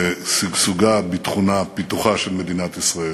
לשגשוגה, ביטחונה ופיתוחה של מדינת ישראל,